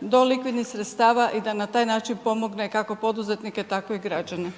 do likvidnih sredstava i da na taj način pomogne kako poduzetnike, tako i građane.